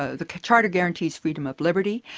ah the charter guarantees freedom of liberty.